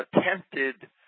attempted